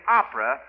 opera